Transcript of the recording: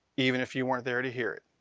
even if you weren't there to hear it.